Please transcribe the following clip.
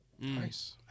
Nice